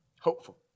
Hopeful